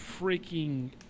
freaking